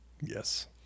Yes